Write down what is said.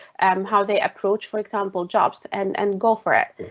um how they approach, for example jobs and and go for it.